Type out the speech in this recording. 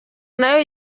nayo